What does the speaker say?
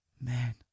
Man